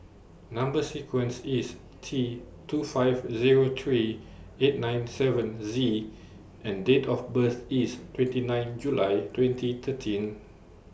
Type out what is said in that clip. Number sequence IS T two five Zero three eight nine seven Z and Date of birth IS twenty nine July twenty thirteen